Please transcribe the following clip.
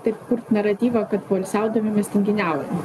taip kurti naratyvą kad poilsiaudami mes tinginiaujam